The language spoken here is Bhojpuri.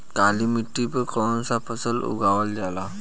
काली मिट्टी पर कौन सा फ़सल उगावल जाला?